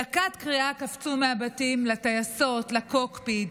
בדקת קריאה קפצו מהבתים לטייסות, לקוקפיט,